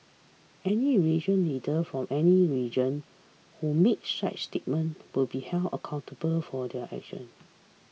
any religious leader from any religion who makes such statements will be held accountable for their actions